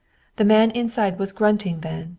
the man inside was grunting then,